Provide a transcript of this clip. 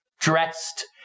dressed